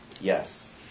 Yes